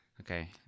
Okay